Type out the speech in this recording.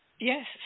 Yes